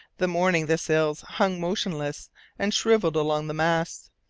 the morning the sails hung motionless and shrivelled along the masts.